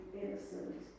innocent